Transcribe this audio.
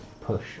push